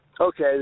Okay